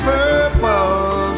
Purple